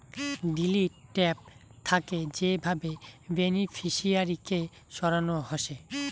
delete tab থাকে যে ভাবে বেনিফিশিয়ারি কে সরানো হসে